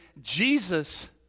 Jesus